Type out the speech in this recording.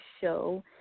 show